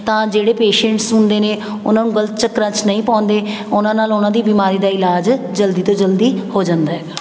ਤਾਂ ਜਿਹੜੇ ਪੇਸ਼ੈਟਸ ਹੁੰਦੇ ਨੇ ਉਹਨਾਂ ਨੂੰ ਗਲਤ ਚੱਕਰਾਂ 'ਚ ਨਹੀਂ ਪਾਉਂਦੇ ਉਹਨਾਂ ਨਾਲ ਉਹਨਾਂ ਦੀ ਬਿਮਾਰੀ ਦਾ ਇਲਾਜ ਜਲਦੀ ਤੋਂ ਜਲਦੀ ਹੋ ਜਾਂਦਾ ਹੈਗਾ